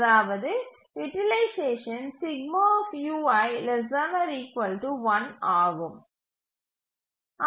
அதாவது யூட்டிலைசேஷன் ஆகும்